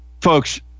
Folks